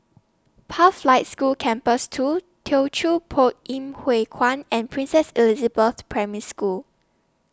Pathlight School Campus two Teochew Poit Ip Huay Kuan and Princess Elizabeth Primary School